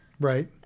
Right